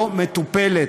לא מטופלת.